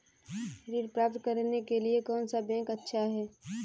ऋण प्राप्त करने के लिए कौन सा बैंक अच्छा है?